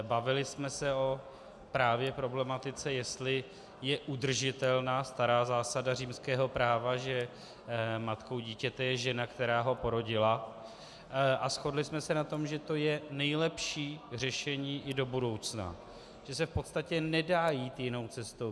Bavili jsme se právě o problematice, jestli je udržitelná stará zásada římského práva, že matkou dítěte je žena, která ho porodila, a shodli jsme se na tom, že to je nejlepší řešení i do budoucna, že se v podstatě nedá jít jinou cestou.